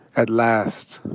at last,